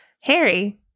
Harry